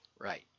Right